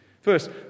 First